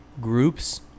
groups